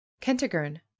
kentigern